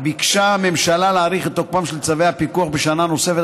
ביקשה הממשלה להאריך את תוקפם של צווי הפיקוח בשנה נוספת,